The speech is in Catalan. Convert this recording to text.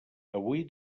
avui